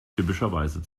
typischerweise